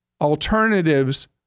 alternatives